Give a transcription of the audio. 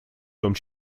том